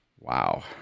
Wow